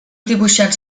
dibuixants